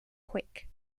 quick